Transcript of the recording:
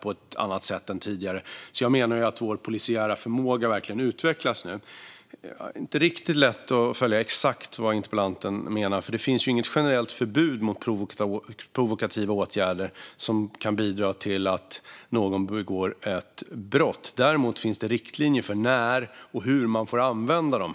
Jag menar att vår polisiära förmåga verkligen utvecklas nu. Det är inte riktigt lätt att förstå vad interpellanten menar, för det finns ju inget generellt förbud mot provokativa åtgärder som kan bidra till att någon begår ett brott. Däremot finns det riktlinjer för när och hur man får använda dem.